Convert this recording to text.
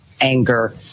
anger—